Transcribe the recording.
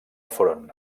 front